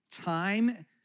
Time